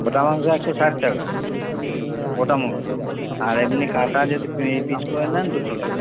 গোটা মাংস একশো ষাট টাকা গোটা আর এমনি কাটা যদি পিস করে নেন দুশো টাকা